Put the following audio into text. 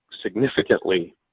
significantly